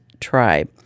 tribe